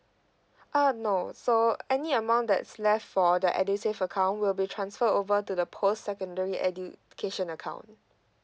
uh no so any amount that's left for the edusave account will be transfer over to the post secondary education account